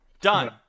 done